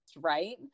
right